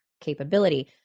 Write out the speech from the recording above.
capability